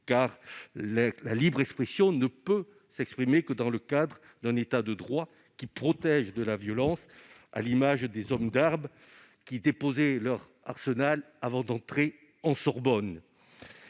car la libre expression ne peut s'exprimer que dans le cadre d'un État de droit qui protège de la violence, à l'image des hommes d'armes qui déposaient leur arsenal avant d'entrer en Sorbonne.